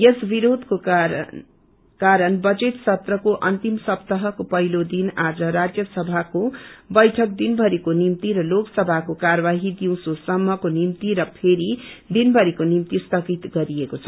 यस बिरोधको कारण बजेट सत्रको अन्तिम सप्ताहको पहिलो दिन आज राज्यसभाको बैठक दिन भरिको निम्ति र लोकसभाको कार्यवाही दिउँसोसम्मको निम्ति र फेरि दिन भरीको निम्ति स्थगित गरिएको छ